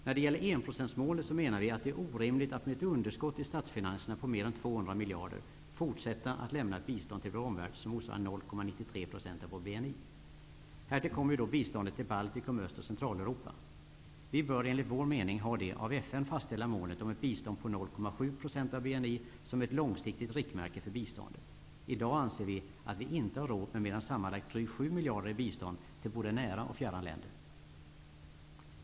När det gäller enprocentsmålet menar vi att det är orimligt att med ett underskott i statsfinanserna på mer än 200 miljarder fortsätta att lämna ett bistånd till vår omvärld som motsvarar 0,93 % av vår BNI. Härtill kommer biståndet till Baltikum, Öst och Centraleuropa. Sverige bör enligt vår mening ha det av FN fastställda målet om ett bistånd om 0,7 % av BNI som ett långsiktigt riktmärke för biståndet. Vi anser att vårt land i dag inte har råd med mer än sammanlagt drygt 7 miljarder i bistånd till både nära och fjärran länder.